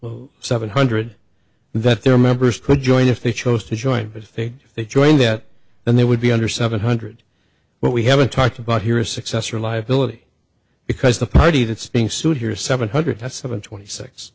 local seven hundred that their members could join if they chose to join but if they they joined that then they would be under seven hundred but we haven't talked about here a successor liability because the party that's being sued here seven hundred seven twenty six